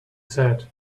said